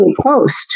post